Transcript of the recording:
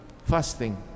Fasting